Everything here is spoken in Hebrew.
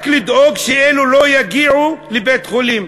רק לדאוג שאלה לא יגיעו לבית-חולים,